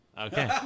Okay